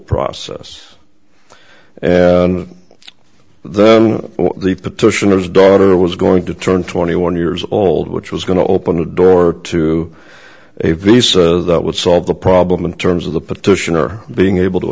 process and then the petitioners daughter was going to turn twenty one years old which was going to open a door to a visa that would solve the problem in terms of the petitioner being able to